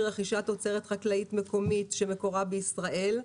רכישת תוצרת חקלאית מקומית שמקורה בישראל,